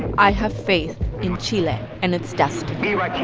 i have faith in chile and its destiny.